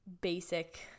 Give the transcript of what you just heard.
basic